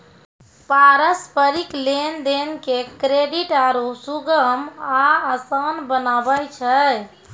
पारस्परिक लेन देन के क्रेडिट आरु सुगम आ असान बनाबै छै